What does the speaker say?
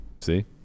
See